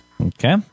Okay